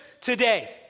today